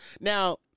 Now